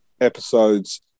episodes